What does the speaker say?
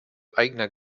eigener